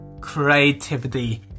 Creativity